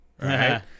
Right